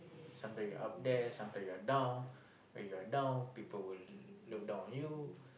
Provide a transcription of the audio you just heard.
sometime you up there sometime you're down when you're down people will look down on you